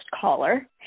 caller